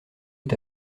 est